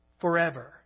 forever